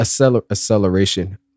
acceleration